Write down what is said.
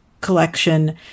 collection